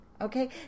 Okay